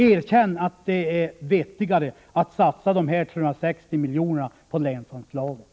Erkänn att det är vettigare att satsa de här 360 miljonerna på länsanslagen!